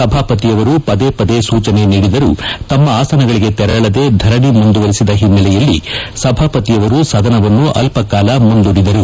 ಸಭಾಪತಿಯವರು ಪದೇ ಪದೇ ಸೂಚನೆ ನೀಡಿದರೂ ತಮ್ಮ ಆಸನಗಳಿಗೆ ತೆರಳದೆ ಧರಣಿ ಮುಂದುವರಿಸಿದ ಹಿನ್ನೆಲೆಯಲ್ಲಿ ಸಭಾಪತಿಯವರು ಸದನವನ್ನು ಅಲ್ಪ ಕಾಲ ಮುಂದೂಡಿದರು